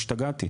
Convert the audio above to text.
השתגעתי.